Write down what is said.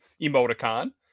emoticon